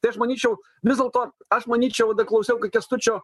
tai aš manyčiau vis dėlto aš manyčiau dar klausiau kęstučio